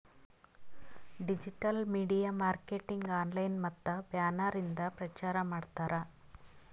digital media marketing online ಮತ್ತ banner ಇಂದ ಪ್ರಚಾರ್ ಮಾಡ್ತಾರ್